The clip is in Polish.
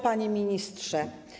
Panie Ministrze!